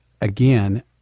again